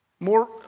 More